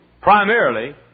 primarily